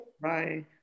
Bye